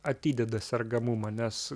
atideda sergamumą nes